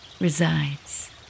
resides